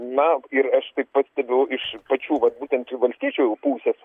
na ir aš tai pastebiu iš pačių vat būtent valstiečių pusės